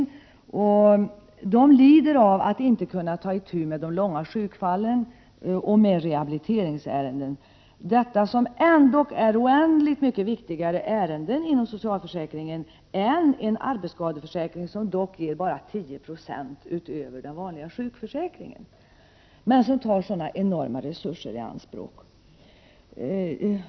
Personalen lider av att inte kunna ta itu med långtidssjuka och rehabiliteringsärenden, som ju ändå är oändligt mycket viktigare ärenden inom socialförsäkringen än en arbetsskadeförsäkring som dock bara ger 10 96 utöver vad den vanliga sjukförsäkringen ger men som tar så enorma resurser i anspråk.